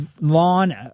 lawn